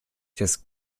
des